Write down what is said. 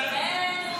שואל.